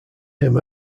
him